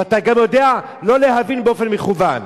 ואתה גם יודע לא להבין באופן מכוון.